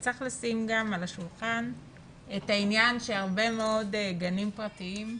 צריך לשים על השולחן את העניין שהרבה מאוד גנים פרטיים,